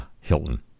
Hilton